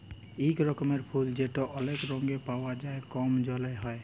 ইক রকমের ফুল যেট অলেক রঙে পাউয়া যায় কম জলে হ্যয়